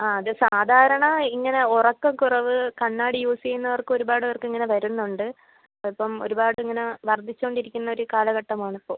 ആ അത് സാധാരണ ഇങ്ങനെ ഉറക്ക കുറവ് കണ്ണാടി യൂസ് ചെയ്യുന്നവർക്ക് ഒരുപാട് പേർക്കിങ്ങനെ വരുന്നുണ്ട് ഇപ്പം ഒരുപാടിങ്ങനെ വർദ്ധിച്ചുകൊണ്ടിരിക്കുന്ന കാലഘട്ടമാണിപ്പോൾ